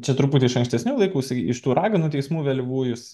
čia truputį iš ankstesnių laikų iš tų raganų teismų vėlyvųjų